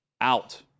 out